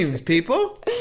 people